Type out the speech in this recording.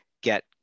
get